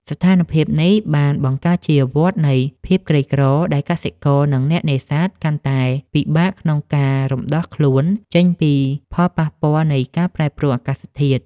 ស្ថានភាពនេះបានបង្កើតជាវដ្តនៃភាពក្រីក្រ ដែលកសិករ និងអ្នកនេសាទកាន់តែពិបាកក្នុងការរំដោះខ្លួនចេញពីផលប៉ះពាល់នៃការប្រែប្រួលអាកាសធាតុ។